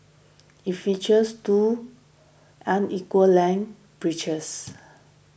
it features two unequal lang bridges